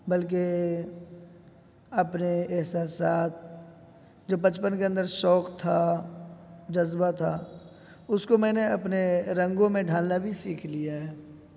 بلکہ اپنے احساسات جو بچپن کے اندر شوق تھا جذبہ تھا اس کو میں نے اپنے رنگوں میں ڈھالنا بھی سیکھ لیا ہے